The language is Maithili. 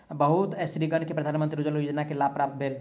बहुत स्त्रीगण के प्रधानमंत्री उज्ज्वला योजना के लाभ प्राप्त भेल